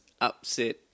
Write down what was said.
upset